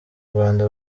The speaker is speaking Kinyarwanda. rwanda